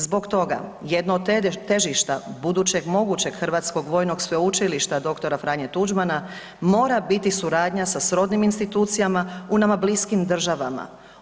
Zbog toga, jedno od težišta budućeg mogućeg Hrvatskog vojnog sveučilišta dr. Franje Tuđmana mora biti suradnja sa srodnim institucijama u nama bliskim državama.